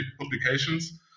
publications